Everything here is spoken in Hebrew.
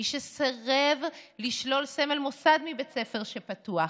מי שסירב לשלול סמל מוסד מבית ספר שפתוח,